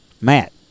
Matt